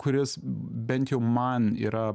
kuris bent jau man yra